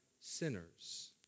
sinners